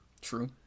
True